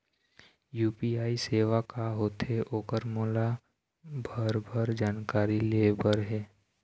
UPI सेवा का होथे ओकर मोला भरभर जानकारी लेहे बर हे?